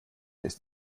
ist